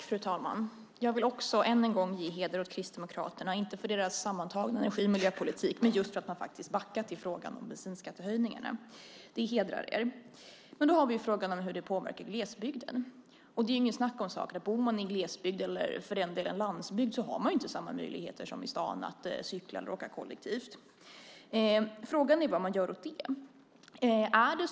Fru talman! Jag vill också än en gång ge heder åt Kristdemokraterna, inte för deras sammantagna energi och miljöpolitik, men just för att de faktiskt har backat i frågan om bensinskattehöjningarna. Det hedrar er. Men då har vi frågan om hur det påverkar glesbygden. Det är inget snack om saken. Bor man i glesbygd eller för den delen landsbygd har man inte samma möjligheter som i stan att cykla eller åka kollektivt. Frågan är vad man gör åt det.